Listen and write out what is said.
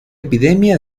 epidemia